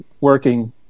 working